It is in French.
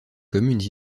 communes